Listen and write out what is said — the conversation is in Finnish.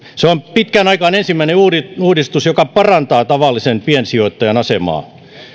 pitkään aikaan ensimmäinen uudistus uudistus joka parantaa tavallisen piensijoittajan asemaa